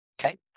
Okay